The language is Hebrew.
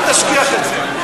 אל תשכיח את זה.